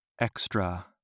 extra